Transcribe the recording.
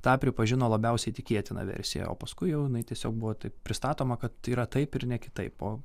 tą pripažino labiausiai tikėtina versija o paskui jau jinai tiesiog buvo taip pristatoma kad tai yra taip ir ne kitaip o